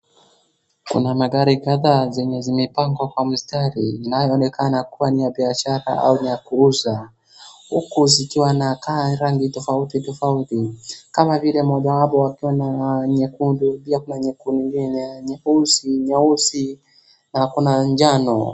Kuna magari kadhaa zenye zimepangwa kwa mstari inayooneka kuwa ni ya bishara au ni ya kuuza. Huku zikiwa na rangi tofauti tofauti kama vile mojawapo akiwa na nyekundu, pia kuna ingine nyeusi na kuna jano.